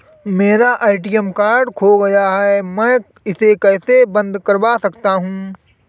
मेरा ATM card खो गया है मैं इसे कैसे बंद करवा सकता हूँ?